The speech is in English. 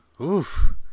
Oof